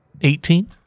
eighteen